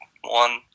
one